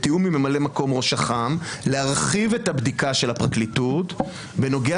בתיאום עם ממלא-מקום ראש אח"מ להרחיב את הבדיקה של הפרקליטות בנוגע